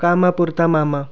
कामापुरता मामा